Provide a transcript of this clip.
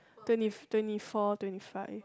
twenty twenty four twenty five